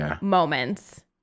moments